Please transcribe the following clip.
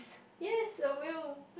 yes I will